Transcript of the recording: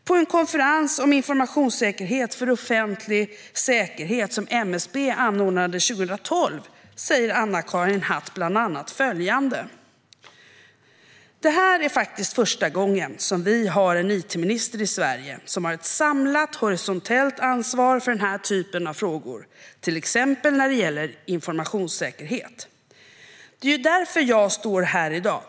På en konferens om informationssäkerhet för offentlig säkerhet som MSB anordnade 2012 sa Ann-Karin Hatt bland annat följande: "Det här är faktiskt första gången som vi har en IT-minister i Sverige som har ett samlat, horisontellt ansvar för den här typen av frågor, t.ex. när det gäller informationssäkerhet. Det är ju därför jag står här idag.